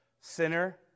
sinner